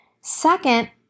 Second